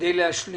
כדי להשלים?